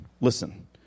listen